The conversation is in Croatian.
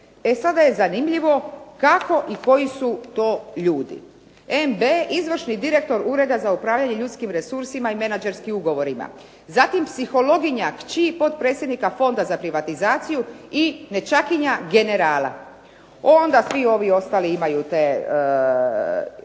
E sada je zanimljivo kako i koji su to ljudi? MB izvršni direktor Ureda za upravljanje ljudskim resursima i menadžerskim ugovorima. Zatim psihologinja, kći potpredsjednika Fonda za privatizaciju i nećakinja generala. Onda svi ovi ostali imaju te